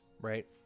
right